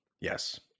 Yes